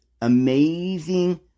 amazing